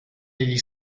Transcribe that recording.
degli